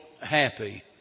happy